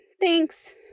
Thanks